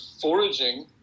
foraging